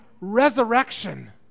resurrection